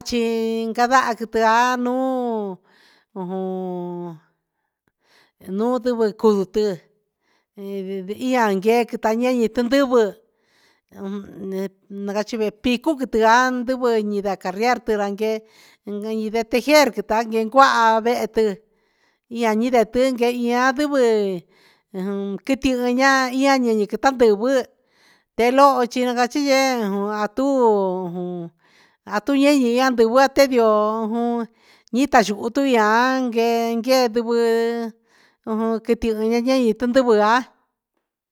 Chingandaha quitian nuun ujun nuun ndivɨ gutɨ ain guee quita ein tindivɨ na gachi vi picu quitian andivɨ carrear range de tejer yeguacuaha vehe tin ian i nde ti guide ian andivɨ quiti aan nini quita ndivɨ te loho chi cachi yee atu atu ei ian indivɨ te ndioo jun i ta xuhu tuia gue guendivɨ ujun quiti yanyei ta ndivɨ ya.